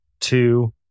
Two